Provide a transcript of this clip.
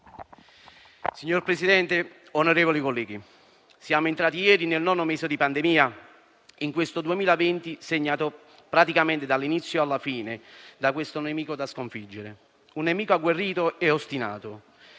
Signor Presidente, onorevoli colleghi, siamo entrati ieri nel nono mese di pandemia in questo 2020 segnato praticamente, dall'inizio alla fine, da un nemico da sconfiggere, un nemico agguerrito e ostinato